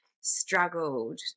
struggled